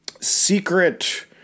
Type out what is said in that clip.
secret